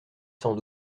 sans